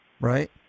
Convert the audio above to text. Right